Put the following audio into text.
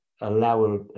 allow